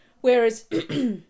whereas